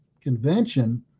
convention